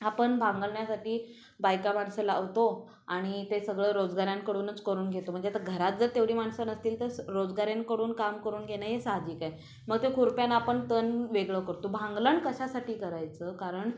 आपण भांगलण्यासाठी बायका माणसं लावतो आणि ते सगळं रोजगाऱ्यांकडूनच करून घेतो म्हणजे आता घरात जर तेवढी माणसं नसतील तर रोजगाऱ्यांकडून काम करून घेणं हे साहजिक आहे मग ते खुरप्यानं आपण तण वेगळं करतो भांगलण कशासाठी करायचं कारण